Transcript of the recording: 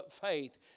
faith